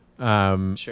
Sure